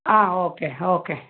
ಹಾಂ okay okay